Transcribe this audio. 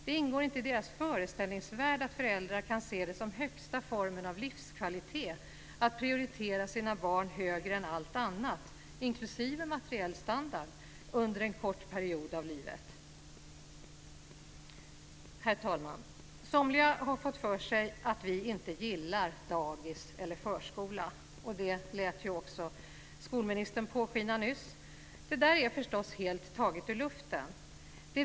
Det ingår inte i regeringens föreställningsvärld att föräldrar kan se det som högsta formen av livskvalitet att prioritera sina barn högre än allt annat, inklusive materiell standard, under en kort period av livet. Herr talman! Somliga har fått för sig att vi inte gillar dagis eller förskola. Det lät ju också skolministern påskina nyss. Det är förstås helt taget ur luften.